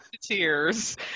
Tears